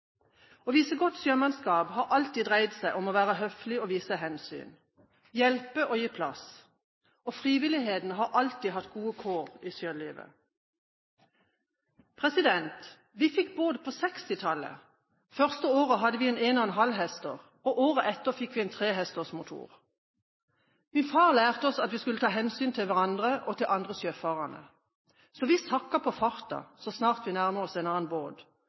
Å vise godt sjømannskap har alltid dreid seg om å være høflig og vise hensyn – hjelpe og gi plass. Frivilligheten har alltid hatt gode kår i sjølivet. Vi fikk båt på 1960-tallet. Første året hadde vi en en-og-en-halv-hester, året etter fikk vi en trehesters motor. Min far lærte oss at vi skulle ta hensyn til hverandre og til andre sjøfarende. Så vi sakket på farten så snart vi nærmet oss en annen